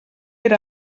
era